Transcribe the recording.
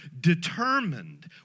determined